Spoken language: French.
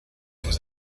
vous